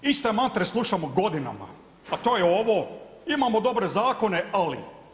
Istre mantre slušamo godinama a to je ovo, imamo dobre zakone ali.